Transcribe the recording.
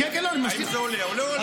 האם זה עולה או לא עולה?